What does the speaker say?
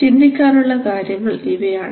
ചിന്തിക്കാനുള്ള കാര്യങ്ങൾ ഇവയാണ്